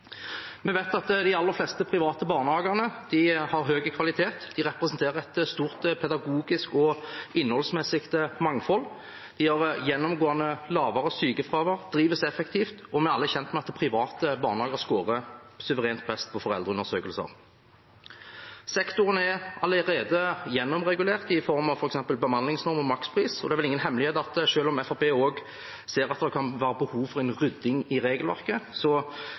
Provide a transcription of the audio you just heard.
Vi vet at de aller fleste private barnehagene har høy kvalitet, de representerer et stort pedagogisk og innholdsmessig mangfold, de har gjennomgående lavere sykefravær, drives effektivt, og vi er alle kjent med at private barnehager scorer suverent best på foreldreundersøkelser. Sektoren er allerede gjennomregulert i form av f.eks. bemanningsnorm og makspris, og det er vel ingen hemmelighet at selv om Fremskrittspartiet også ser at det kan være behov for rydding i regelverket,